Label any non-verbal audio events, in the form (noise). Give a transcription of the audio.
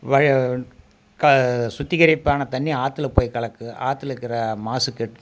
(unintelligible) க சுத்திகரிப்பான தண்ணிர் ஆத்தில் போய் கலக்குது ஆத்துலருக்கற மாசுக்கெ